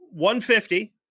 150